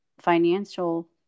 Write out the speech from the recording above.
financial